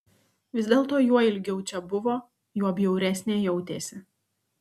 vis dėlto juo ilgiau čia buvo juo bjauresnė jautėsi